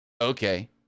Okay